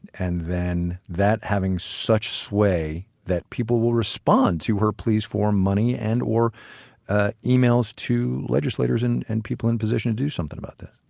and then that having such sway that people will respond to her pleas for money and or ah emails to legislators and and people in position to do something about that